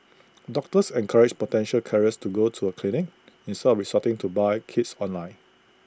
doctors encouraged potential carriers to go to A clinic instead of resorting to buying kits online